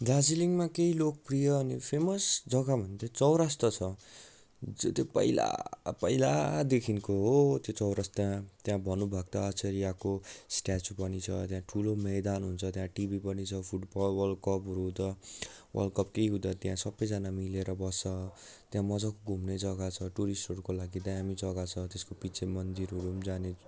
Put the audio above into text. दार्जिलिङमा केही लोकप्रिय अनि फेमस जग्गा भनेको चाहिँ चौरस्ता छ जुन त्यो पैपहिला पहिलादेखिको हो त्यो चौरस्ता त्यहाँ भानुभक्त आचार्यको स्ट्याचु पनि छ त्याँ ठुलो मैदान हुन्छ त्यहाँ टिभी पनि छ फुटबल वर्ल्ड कपहरू हुँदा वर्ल्ड कप केही हुँदा त्यहाँ सबैजना मिलेर बस्छ त्यहाँ मजाको घुम्ने जग्गा छ टुरिस्टहरूको लागि दामी जग्गा छ त्यसको पिच्छे मन्दिरहरू पनि जाने